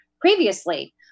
previously